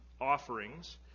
offerings